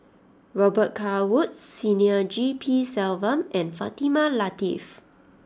Robet Carr Woods Senior G P Selvam and Fatimah Lateef